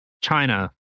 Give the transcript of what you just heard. China